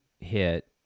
hit